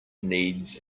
needs